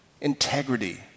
integrity